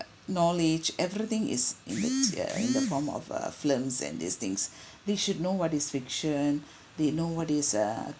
knowledge everything is in the t~ err the form of a films and these things they should know what is fiction they know what is uh